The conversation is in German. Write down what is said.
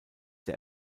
der